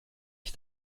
ich